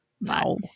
No